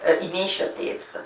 initiatives